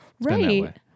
Right